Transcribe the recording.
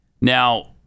Now